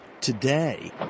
today